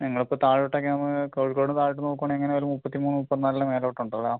ഞങ്ങൾ ഇപ്പോൾ താഴോട്ട് ഒക്കെ കോഴിക്കോടിന് താഴോട്ട് നോക്കുവാണെങ്കിൽ എങ്ങനെ ആയാലും മുപ്പത്തിമൂന്ന് മുപ്പത്തിനാലിന് മേലോട്ട് ഉണ്ടല്ലോ